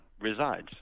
resides